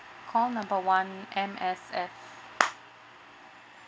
call number one M_S_F